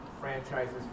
franchises